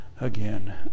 again